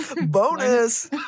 Bonus